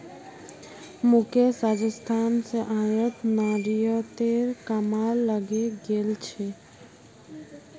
मुकेश राजस्थान स आयात निर्यातेर कामत लगे गेल छ